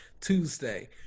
Tuesday